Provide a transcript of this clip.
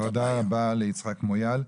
תודה רבה ליצחק מויאל.